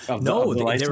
No